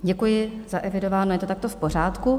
Děkuji, zaevidováno, je to takto v pořádku.